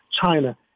China